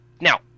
Now